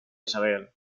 isabel